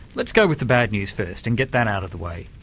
let's go with the bad news first and get that out of the way.